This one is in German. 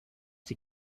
die